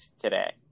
today